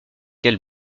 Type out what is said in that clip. quel